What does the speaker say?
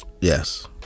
Yes